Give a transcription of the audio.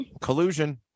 collusion